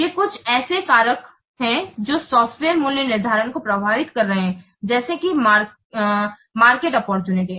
ये कुछ ऐसे कारक हैं जो सॉफ्टवेयर मूल्य निर्धारण प्रभावित कर रहे हैं जैसे कि मार्किट ओप्पोर्तुनिटी